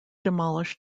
demolished